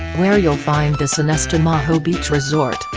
where you'll find the sonesta maho beach resort,